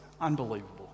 Unbelievable